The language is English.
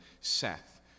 Seth